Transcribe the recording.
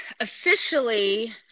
Officially